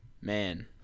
man